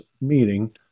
meeting